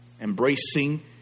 Embracing